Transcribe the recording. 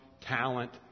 talent